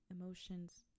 emotions